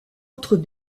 autres